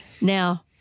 Now